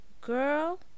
girl